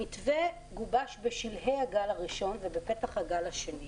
המתווה גובש בשלהי הגל הראשון ובפתח הגל השני,